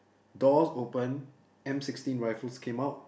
doors open M sixteen rifles came out